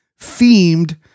themed